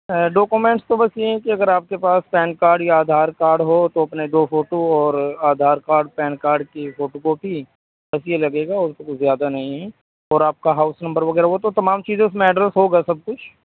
documents تو بس یہ کہ اگر آپ کے پاس پین کاڈ یا آدھار کاڈ ہو تو اپنے دو فوٹو اور آدھار کاڈ اور پین کاڈ کی فوٹو کاپی بس یہ لگے گا اور تو کچھ زیادہ نہیں ہے اور آپ کا ہاؤس نمبر وغیرہ وہ تو تمام چیزیں اس میں ایڈریس ہوگا سب کچھ